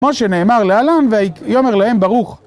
כמו שנאמר להלן והיא אומר להם ברוך